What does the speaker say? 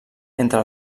entre